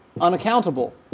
unaccountable